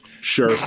Sure